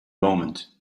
moment